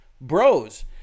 Bros